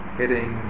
hitting